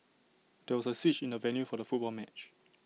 there was A switch in the venue for the football match